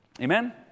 Amen